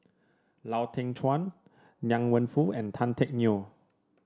Lau Teng Chuan Liang Wenfu and Tan Teck Neo